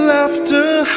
Laughter